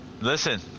Listen